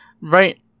Right